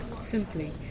simply